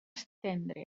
estendre